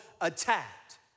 attacked